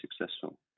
successful